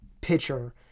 pitcher